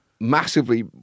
massively